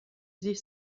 sich